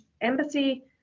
embassy